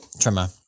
trimmer